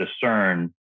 discern